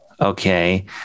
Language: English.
okay